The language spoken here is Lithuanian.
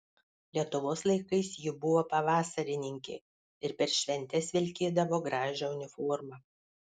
lietuvos laikais ji buvo pavasarininkė ir per šventes vilkėdavo gražią uniformą